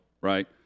right